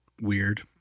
weird